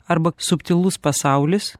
arba subtilus pasaulis